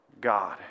God